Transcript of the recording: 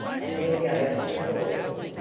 and then go to the falls.